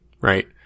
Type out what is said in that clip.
right